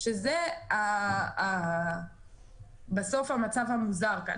שזה בסוף המצב המוזר כאן.